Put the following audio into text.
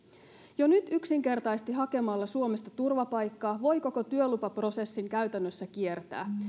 jo nyt yksinkertaisesti hakemalla suomesta turvapaikkaa voi koko työlupaprosessin käytännössä kiertää